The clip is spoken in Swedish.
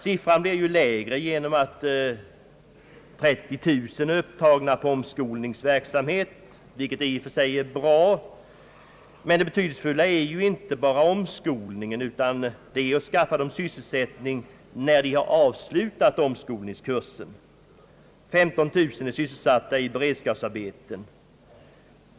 Siffran blir lägre genom att omkring 30 000 är upptagna med omskolningsverksamhet, vilket i och för sig är bra, men det betydelsefulla är inte bara omskolningen, utan det är att skaffa dessa människor sysselsättning när de avslutat omskolningskursen. 15000 är sysselsatta i beredskapsarbeten.